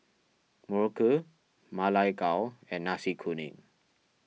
Muruku Ma Lai Gao and Nasi Kuning